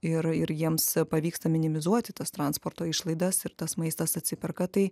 ir ir jiems pavyksta minimizuoti tas transporto išlaidas ir tas maistas atsiperka tai